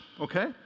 okay